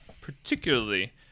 particularly